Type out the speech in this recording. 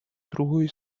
другої